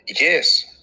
yes